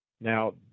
Now